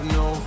no